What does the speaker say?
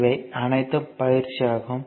இவை அனைத்தும் பயிற்சி ஆகும்